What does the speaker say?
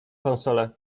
konsolę